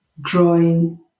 drawing